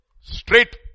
straight